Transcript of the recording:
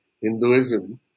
Hinduism